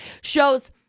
shows